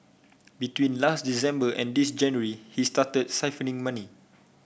between last December and this January he started siphoning money